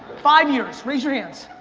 five years? raise your hands.